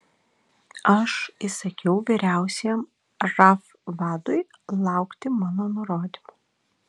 aš įsakiau vyriausiajam raf vadui laukti mano nurodymų